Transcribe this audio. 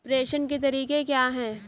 प्रेषण के तरीके क्या हैं?